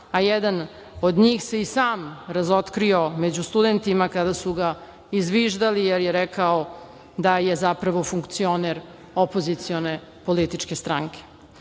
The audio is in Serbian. a jedan od njih se i sam razotkrio među studentima kada su ga izviždali jer je rekao da je zapravo funkcioner opozicione političke stranke.